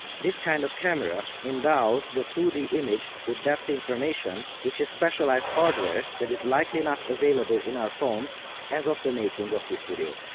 this kind of camera endows the two d image with depth information, which is specialized hardware that is likely not available in our phones as of the making of this video.